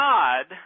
God